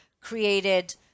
created